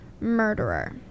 murderer